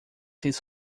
his